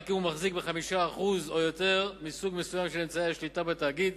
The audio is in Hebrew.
רק אם הוא מחזיק ב-5% או יותר מסוג מסוים של אמצעי השליטה בתאגיד